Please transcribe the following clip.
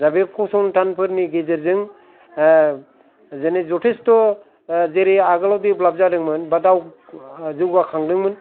दा बे फसंथानफोरनि गेजेरजों जेने जथेस्थ जेरै आगोलआव देभेलाभ जादोंमोन बा जाैगाखांदोंमोन